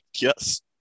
Yes